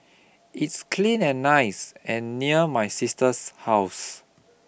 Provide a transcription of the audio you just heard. it's clean and nice and near my sister's house